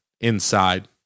inside